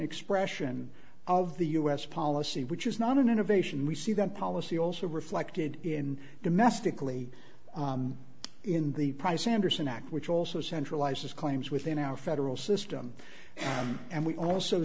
expression of the us policy which is not an innovation we see that policy also reflected in domestically in the price anderson act which also centralizes claims within our federal system and we also